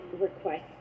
request